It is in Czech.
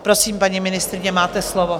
Prosím, paní ministryně, máte slovo.